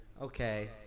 okay